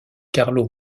carlo